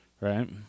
Right